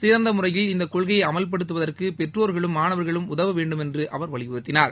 சிறந்த முறையில் இந்தக் கொள்கையை அமவ்படுத்துவதற்கு பெற்றோர்களும் மாணவர்களும் உதவ வேண்டுமென்று அவர் வலியுறுத்தினார்